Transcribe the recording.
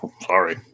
Sorry